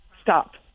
stop